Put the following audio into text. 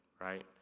right